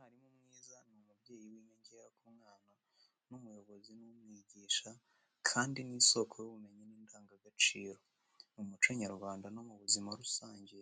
Umwarimu mwiza ni umubyeyi w’inyongera ku mwana, ni umuyobozi n’umwigisha, kandi ni isoko y’ubumenyi n’indangagaciro. Mu muco nyarwanda no mu buzima rusange,